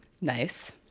Nice